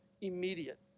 immediate